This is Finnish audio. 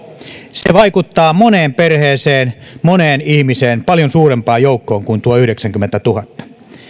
se vaikuttaa moneen perheeseen moneen ihmiseen paljon suurempaan joukkoon kuin tuo yhdeksänkymmentätuhatta